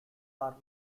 are